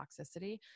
toxicity